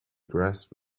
grasped